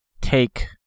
take